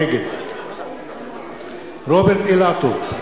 נגד רוברט אילטוב,